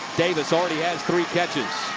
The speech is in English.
davis already has three catches.